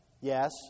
yes